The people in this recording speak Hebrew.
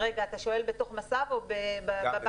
אתה שואל בתוך מס"ב או בבנקים?